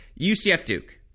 UCF-Duke